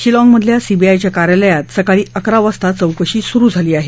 शिलाँगमधल्या सीबीआयच्या कार्यालयात सकाळी अकरा वाजता चौकशी सुरु झाली आहे